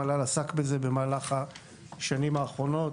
המל"ל עסק בזה בשנים האחרונות,